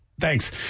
Thanks